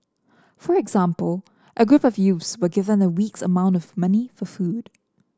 for example a group of youths were given a week's amount of money for food